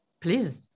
Please